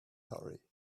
hurry